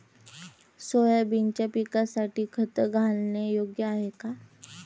सोयाबीनच्या पिकासाठी खत घालणे योग्य आहे का?